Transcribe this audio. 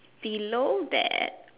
below that